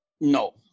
No